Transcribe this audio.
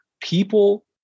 people